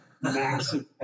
massive